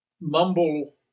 mumble